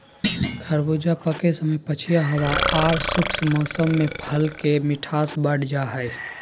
खरबूजा पके समय पछिया हवा आर शुष्क मौसम में फल के मिठास बढ़ जा हई